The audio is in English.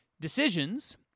decisions